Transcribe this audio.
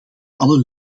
alle